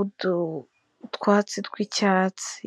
udutwatsi tw'icyatsi.